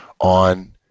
on